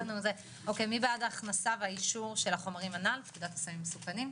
אוקי מי בעד ההכנסה והאישור של החומרים הנ"ל לפקודת הסמים המסוכנים?